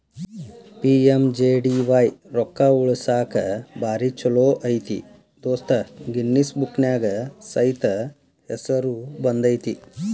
PMJDY ರೊಕ್ಕಾ ಉಳಸಾಕ ಭಾರಿ ಛೋಲೋ ಐತಿ ದೋಸ್ತ ಗಿನ್ನಿಸ್ ಬುಕ್ನ್ಯಾಗ ಸೈತ ಹೆಸರು ಬಂದೈತಿ